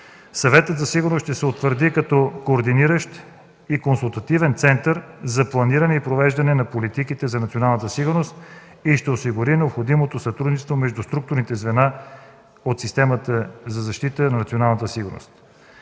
Съветът за сигурност ще се утвърди като координиращ и консултативен център за планиране и провеждане на политиките за националната сигурност и ще осигури необходимото сътрудничество между структурните звена от системата за защита на националната сигурност,